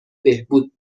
بهبود